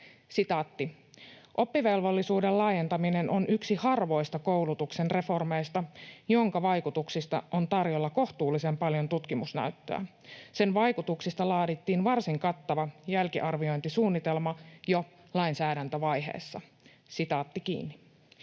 ”Oppivelvollisuuden laajentaminen on yksi harvoista koulutuksen reformeista, jonka vaikutuksista on tarjolla kohtuullisen paljon tutkimusnäyttöä. Sen vaikutuksista laadittiin varsin kattava jälkiarviointisuunnitelma jo lainsäädäntövaiheessa.” Me